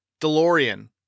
DeLorean